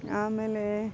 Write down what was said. ಆಮೇಲೆ